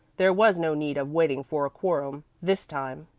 there was no need of waiting for a quorum this time.